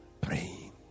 praying